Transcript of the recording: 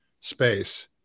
space